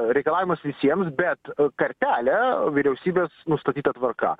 reikalavimas visiems bet kartelė vyriausybės nustatyta tvarka